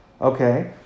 Okay